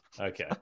okay